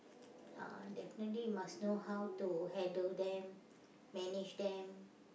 uh definitely you must know how to handle them manage them